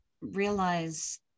realize